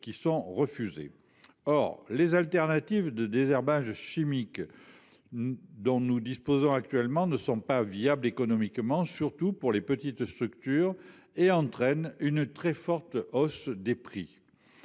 de remplacement au désherbage chimique dont nous disposons actuellement ne sont pas viables économiquement, surtout pour les petites structures, et entraînent une très forte hausse des prix.